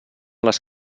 les